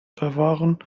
bewahren